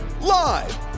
Live